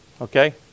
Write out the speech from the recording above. Okay